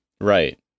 Right